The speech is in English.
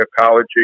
Ecology